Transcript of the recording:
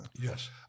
Yes